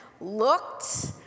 looked